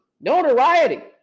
notoriety